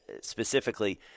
specifically